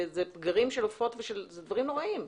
זה פגרים של עופות ודברים נוראיים.